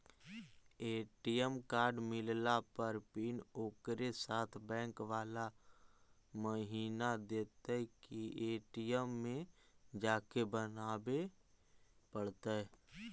ATM card मिलला पर pin ओकरे साथे बैक बाला महिना देतै कि ए.टी.एम में जाके बना बे पड़तै?